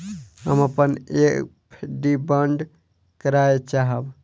हम अपन एफ.डी बंद करय चाहब